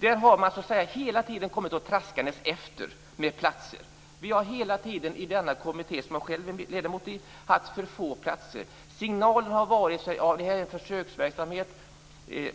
Där har man hela tiden kommit traskandes efter med platser. Vi har hela tiden i den kommitté som jag själv är ledamot i haft för få platser. Signalen har varit att detta är en försöksverksamhet, men att det